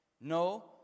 no